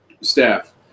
staff